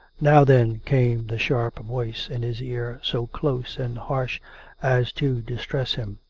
now then, came the sharp voice in his ear, so close and harsh as to distress him.